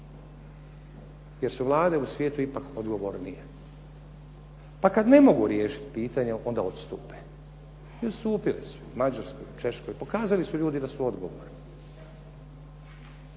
jer su vlade u svijetu ipak odgovornije. Pa kad ne mogu riješiti pitanje, onda odstupe i odstupile su u Mađarskoj, Češkoj, pokazali su ljudi da su odgovorni.